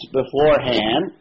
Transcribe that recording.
beforehand